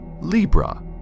libra